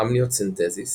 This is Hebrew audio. אמניוצנטזיס